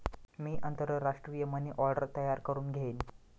मी आंतरराष्ट्रीय money order तयार करुन घेईन